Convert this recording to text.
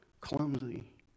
clumsy